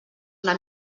una